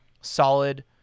solid